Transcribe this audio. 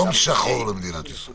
יום שחור למדינת ישראל.